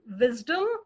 wisdom